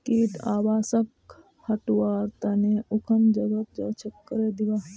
कीट आवासक हटव्वार त न उखन जगहक स्वच्छ करे दीबा